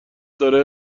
داره